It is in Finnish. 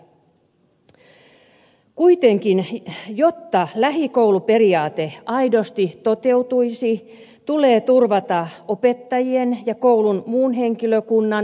kuitenkin jotta lähikouluperiaate aidosti toteutuisi tulee turvata opettajien ja koulun muun henkilökunnan täydennyskoulutus